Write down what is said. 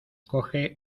coge